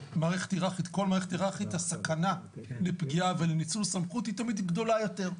בכל מערכת היררכית הסכנה לפגיעה ולניצול סמכות היא תמיד גדולה יותר,